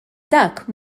dak